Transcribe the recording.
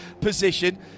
position